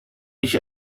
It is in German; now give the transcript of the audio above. ich